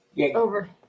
over